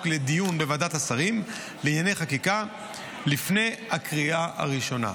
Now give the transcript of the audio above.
לדיון בוועדת השרים לענייני חקיקה לפני הקריאה הראשונה.